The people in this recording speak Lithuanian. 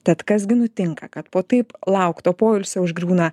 tad kas gi nutinka kad po taip laukto poilsio užgriūna